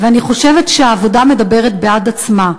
ואני חושבת שהעבודה מדברת בעד עצמה.